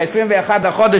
ב-21 בחודש,